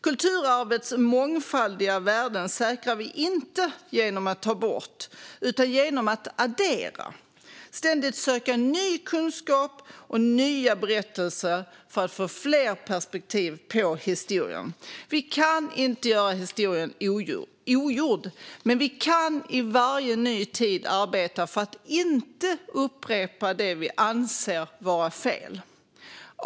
Kulturarvets mångfaldiga värden säkrar vi inte genom att ta bort, utan genom att addera, genom att ständigt söka ny kunskap och nya berättelser, för att få fler perspektiv på historien. Vi kan inte göra historien ogjord, men vi kan i varje ny tid arbeta för att inte upprepa det vi anser vara fel.